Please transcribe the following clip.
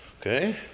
Okay